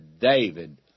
David